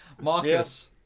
Marcus